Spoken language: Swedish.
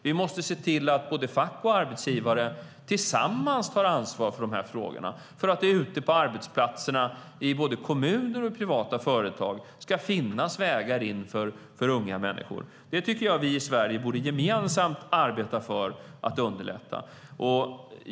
Vi måste se till att fack och arbetsgivare tillsammans tar ansvar för dessa frågor så att det ute på arbetsplatserna i både kommuner och privata företag finns vägar in för unga människor. Det tycker jag att vi gemensamt i Sverige borde arbeta med för att underlätta det hela.